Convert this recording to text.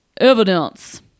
evidence